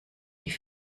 die